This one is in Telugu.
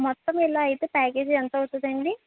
మొత్తం ఇలా అయితే ప్యాకేజి ఎంత అవుతుందండి